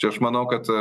čia aš manau kad